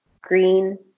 green